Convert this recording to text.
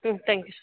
thank you sir